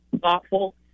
thoughtful